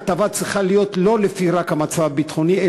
ההטבה צריכה להיות לא רק לפי המצב הביטחוני,